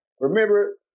Remember